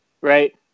right